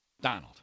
Donald –